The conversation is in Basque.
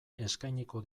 eskainiko